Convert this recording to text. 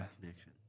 Connection